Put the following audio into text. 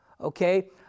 okay